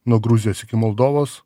nuo gruzijos iki moldovos